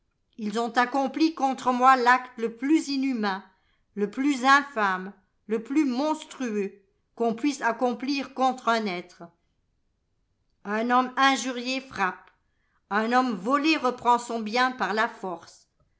ils ont accompli contre moi l'acte le plus inhumain le plus infime le plus monstrueux qu'on puisse accomplir contre un être un homme injurié frappe un homme volé reprend son bien par la force